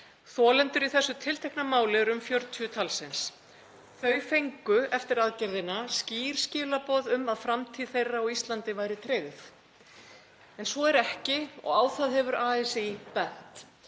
Þolendur í þessu tiltekna máli eru um 40 talsins. Þau fengu eftir aðgerðina skýr skilaboð um að framtíð þeirra á Íslandi væri tryggð en svo er ekki og á það hefur ASÍ bent.